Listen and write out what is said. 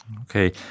Okay